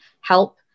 help